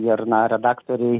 ir na redaktoriai